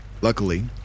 luckily